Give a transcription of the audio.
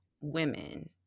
women